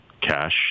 cash